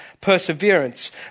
perseverance